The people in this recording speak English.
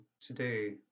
today